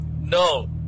No